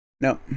No